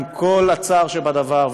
עם כל הצער שבדבר,